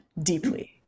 deeply